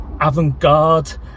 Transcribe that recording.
avant-garde